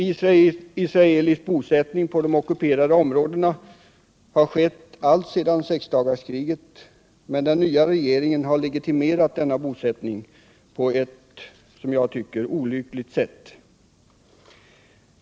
Israelisk bosättning på de ockuperade områdena har skett alltsedan sexdagarskriget, men den nya regeringen har legitimerat denna bosättning på ett, som jag tycker, olyckligt sätt.